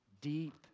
deep